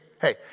Hey